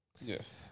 Yes